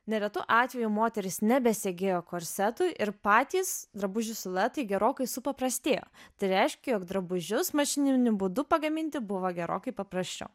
neretu atveju moterys nebesegėjo korsetų ir patys drabužių siluetai gerokai supaprastėjo tai reiškia jog drabužius mašininiu būdu pagaminti buvo gerokai paprasčiau